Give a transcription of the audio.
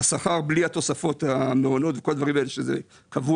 השכר בלי התוספות של המעונות וכל הדברים האלה שזה קבוע,